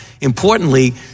Importantly